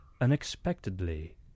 unexpectedly